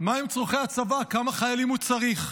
מה הם צורכי הצבא, וכמה חיילים הוא צריך.